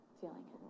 feeling